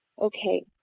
okay